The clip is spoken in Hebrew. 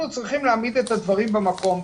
אנחנו צריכים להעמיד את הדברים במקום.